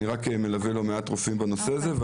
ואני רק מלווה לא מעט רופאים בנושא הזה.